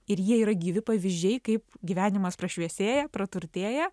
ir jie yra gyvi pavyzdžiai kaip gyvenimas prašviesėja praturtėja